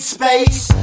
space